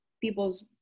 people's